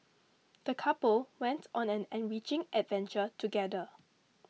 the couple went on an enriching adventure together